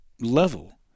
level